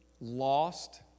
lost